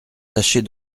tâchez